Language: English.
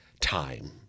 time